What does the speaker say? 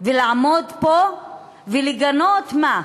ולעמוד פה ולגנות, מה?